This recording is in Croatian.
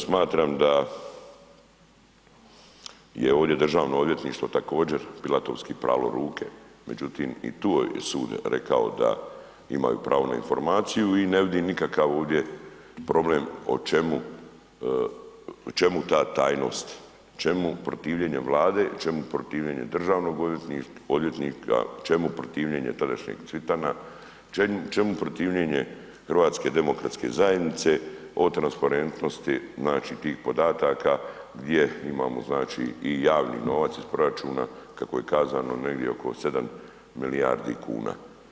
Smatram da je ovdje Državno odvjetništvo također pilatovski pralo ruke, međutim i tu je sud rekao da imaju pravo na informaciju i ne vidim nikakav ovdje problem o čemu, čemu ta tajnost, čemu protivljenje Vlade, čemu protivljenje državnog odvjetnika, čemu protivljenje tadašnjeg Cvitana, čemu protivljenje HDZ-a o transparentnosti znači tih podataka gdje imamo znači i javni novac iz proračuna kako je kazano negdje oko 7 milijardi kuna.